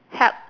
help